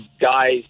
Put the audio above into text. guys